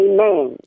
Amen